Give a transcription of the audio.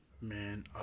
Man